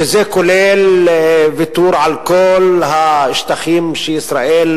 שזה כולל ויתור על כל השטחים שישראל